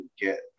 get